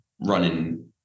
running